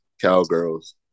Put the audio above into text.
Cowgirls